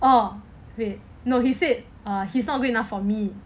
oh wait no he said he's not good enough for me